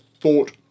thought